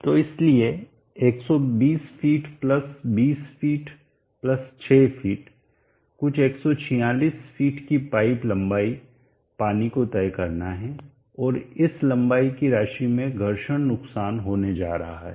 तो इसलिए 120 feet plus 20 feet plus 6 feet कुल 146 फीट की पाइप लंबाई पानी को तय करना है और इस लंबाई की राशि में घर्षण नुकसान होने जा रहा है